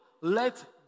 Let